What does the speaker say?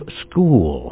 school